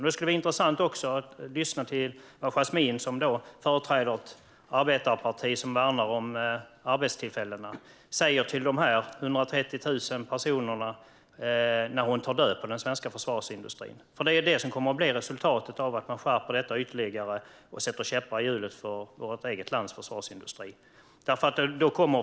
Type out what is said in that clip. Det skulle vara intressant att lyssna till vad Yasmine, som ju företräder ett arbetarparti som värnar om arbetstillfällena, säger till de här 130 000 personerna när hon tar död på den svenska försvarsindustrin. Det är nämligen det som kommer att bli resultatet av att man skärper detta ytterligare och sätter käppar i hjulet för vårt eget lands försvarsindustri.